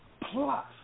plus